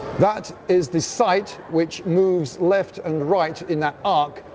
that is the sight which moves left and right in that arc,